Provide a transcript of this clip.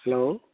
hello